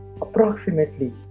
approximately